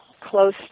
close